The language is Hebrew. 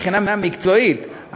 מבחינה מקצועית,